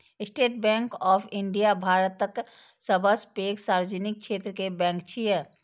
state bank of India भारतक सबसं पैघ सार्वजनिक क्षेत्र के बैंक छियै